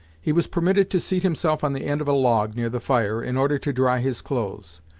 he was permitted to seat himself on the end of a log, near the fire, in order to dry his clothes,